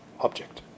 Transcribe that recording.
object